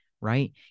right